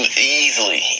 Easily